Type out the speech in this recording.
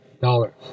dollars